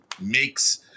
makes